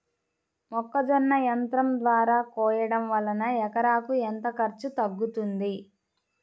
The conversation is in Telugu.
మొక్కజొన్న యంత్రం ద్వారా కోయటం వలన ఎకరాకు ఎంత ఖర్చు తగ్గుతుంది?